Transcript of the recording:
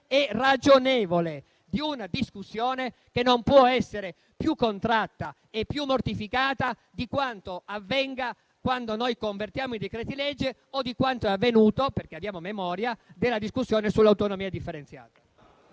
e ragionevole di una discussione che non può essere più contratta e più mortificata di quanto avvenga quando noi convertiamo in legge i decreti-legge o di quanto è avvenuto (perché abbiamo memoria) con la discussione sull'autonomia differenziata.